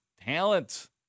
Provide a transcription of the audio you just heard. talent